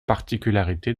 particularité